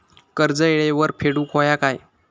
कर्ज येळेवर फेडूक होया काय?